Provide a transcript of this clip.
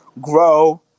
Grow